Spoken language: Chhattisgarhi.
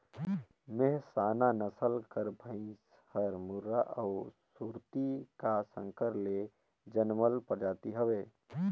मेहसाना नसल कर भंइस हर मुर्रा अउ सुरती का संकर ले जनमल परजाति हवे